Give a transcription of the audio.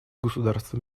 государств